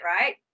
Right